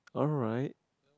alright